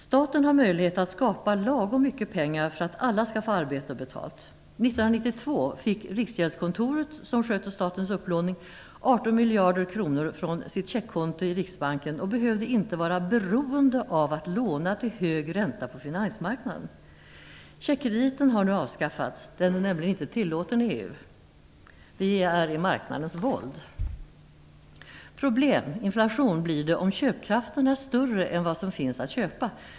Staten har möjlighet att skapa lagom mycket pengar för att alla skall få arbete och betalt. 1992 fick miljarder kronor från sitt checkkonto i Riksbanken och behövde inte vara beroende av att låna till hög ränta på finansmarknaden. Checkkrediten har nu avskaffats. Den är nämligen inte tillåten i EU. Vi är i marknadens våld. Problem blir det om köpkraften är större än vad som finns att köpa.